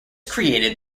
created